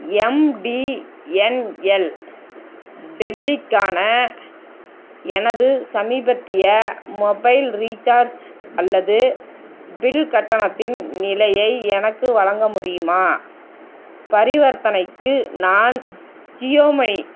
MTNL டெல்லிக்கான எனது சமீபத்திய மொபைல் ரீசார்ச் அல்லது பில் கட்டணத்தின் நிலையை எனக்கு வழங்க முடியுமா பரிவர்த்தனைக்கு நான் ஜியோமணி